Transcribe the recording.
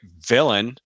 villain